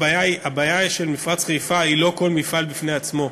הבעיה של מפרץ חיפה היא לא כל מפעל בפני עצמו,